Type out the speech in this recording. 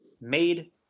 made